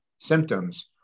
symptoms